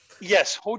Yes